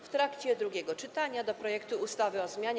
W trakcie drugiego czytania do projektu ustawy o zmianie